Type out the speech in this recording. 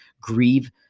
grieve